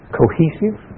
cohesive